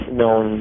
known